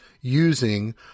using